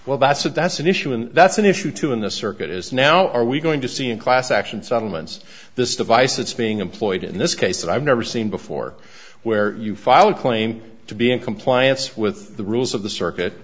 well that's a that's an issue and that's an issue too in the circuit is now are we going to see a class action settlements this device it's being employed in this case that i've never seen before where you file a claim to be in compliance with the rules of the circuit